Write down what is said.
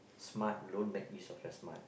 smart don't make use of your smart